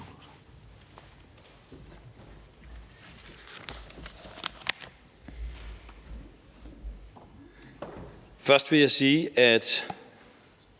Først vil jeg sige, at